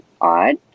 odd